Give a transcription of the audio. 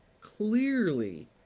clearly